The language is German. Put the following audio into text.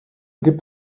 gibt